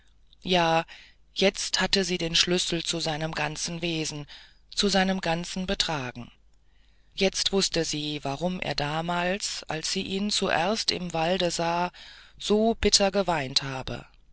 unglücklich ja jetzt hatte sie den schlüssel zu seinem ganzen wesen zu seinem ganzen betragen jetzt wußte sie warum er damals als sie ihn zuerst im walde sah so bitter geweint habe